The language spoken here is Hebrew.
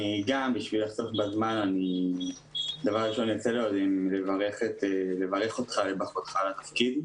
ראשית, אני רוצה לברך אותך לרגל היבחרותך לתפקיד.